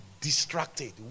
distracted